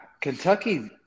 Kentucky